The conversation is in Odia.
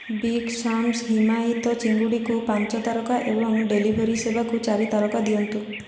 ବିଗ୍ ସାମ୍ସ୍ ହିମାୟିତ ଚିଙ୍ଗୁଡ଼ିକୁ ପାଞ୍ଚ ତାରକା ଏବଂ ଡେଲିଭରି ସେବାକୁ ଚାରି ତାରକା ଦିଅନ୍ତୁ